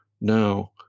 now